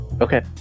Okay